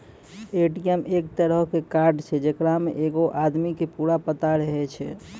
ATM एक तरहो के कार्ड छै जेकरा मे एगो आदमी के पूरा पता रहै छै